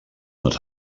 not